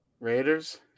raiders